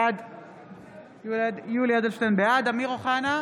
משה אבוטבול, בעד סמי אבו שחאדה,